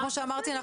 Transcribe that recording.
כפי שאמרתי,